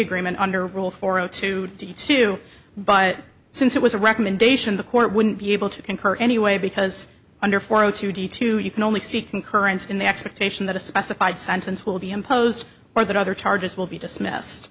agreement under rule four zero two d two but since it was a recommendation the court wouldn't be able to concur anyway because under four o two d two you can only see concurrence in the expectation that a specified sentence will be imposed or that other charges will be dismissed